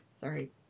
Sorry